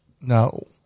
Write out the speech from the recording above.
no